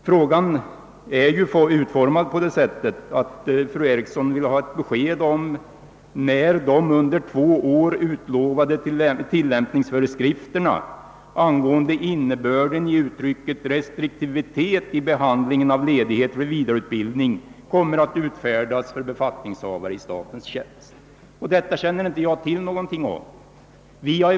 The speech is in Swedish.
Frågan är så formulerad, att fru Eriksson vill ha ett besked om »när de under två år utlovade tillämpningsföreskrifterna angående innebörden i uttrycket restriktivitet i behandlingen av ledighet för vidareutbildning kommer att utfärdas för befattningshavare i statens tjänst». Detta känner jag inte till någonting om.